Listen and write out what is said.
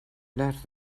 les